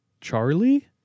Charlie